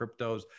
cryptos